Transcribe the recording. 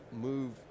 move